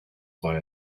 via